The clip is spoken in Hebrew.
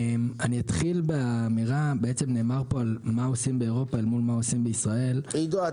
נאמר פה מה עושים באירופה אל מול מה עושים בישראל --- עידו,